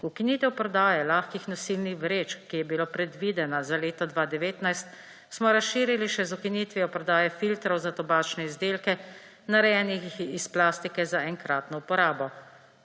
Ukinitev prodaje lahkih nosilnih vrečk, ki je bila predvidena za leto 2019, smo razširili še z ukinitvijo prodaje filtrov za tobačne izdelke, narejenih iz plastike za enkratno uporabo.